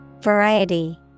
Variety